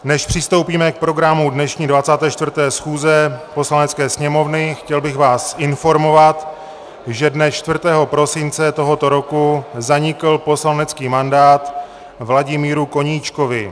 Než přistoupíme k programu dnešní 24. schůze Poslanecké sněmovny, chtěl bych vás informovat, že dne 4. prosince tohoto roku zanikl poslanecký mandát Vladimíru Koníčkovi.